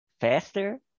faster